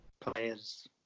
players